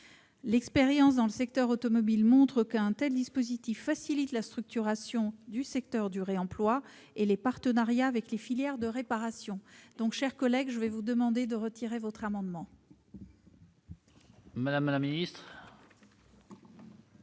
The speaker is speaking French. L'expérience dans le secteur automobile montre qu'un tel dispositif facilite la structuration du secteur du réemploi et les partenariats avec les filières de réparation. Cher collègue, je vous demande donc de bien vouloir retirer votre amendement. Quel est